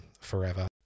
forever